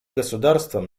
государствам